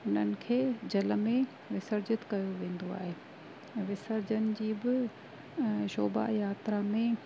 हुननि खे जल में विसर्जित कयो वेंदो आहे ऐं विसर्जन जी बि शोभा यात्रा में